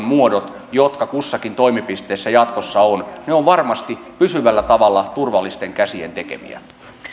muodot jotka kussakin toimipisteessä jatkossa on ovat varmasti pysyvällä tavalla turvallisten käsien tekemiä